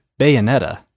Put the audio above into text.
bayonetta